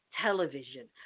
television